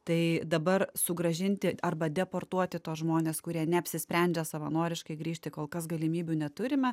tai dabar sugrąžinti arba deportuoti tuos žmones kurie neapsisprendžia savanoriškai grįžti kol kas galimybių neturime